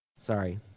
sorry